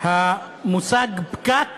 המושג פקק